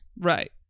Right